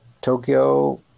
tokyo